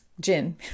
gin